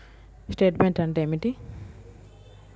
Statement అంటే ఏమిటి?